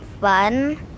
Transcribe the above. fun